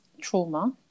trauma